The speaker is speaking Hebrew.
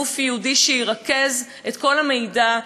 גוף ייעודי שירכז את כל המידע,